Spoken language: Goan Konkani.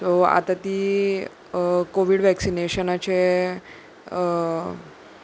सो आतां ती कोविड वॅक्सिनेशनाचे